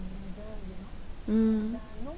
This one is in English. mm